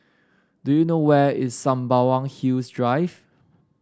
do you know where is Sembawang Hills Drive